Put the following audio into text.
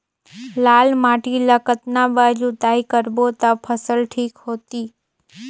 लाल माटी ला कतना बार जुताई करबो ता फसल ठीक होती?